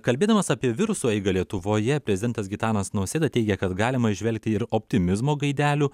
kalbėdamas apie viruso eigą lietuvoje prezidentas gitanas nausėda teigia kad galima įžvelgti ir optimizmo gaidelių